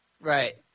Right